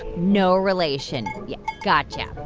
no relation. yeah got yeah